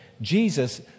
Jesus